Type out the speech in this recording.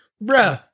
bro